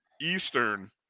Eastern